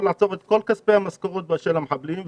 לעצור את כל כספי המשכורות של המחבלים.